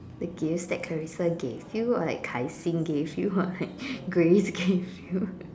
the gifts that Clarissa gave you or like Kai-Xing gave you or like Grace gave you